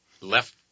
left